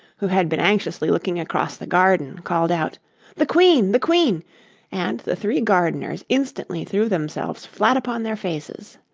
who had been anxiously looking across the garden, called out the queen! the queen and the three gardeners instantly threw themselves flat upon their faces.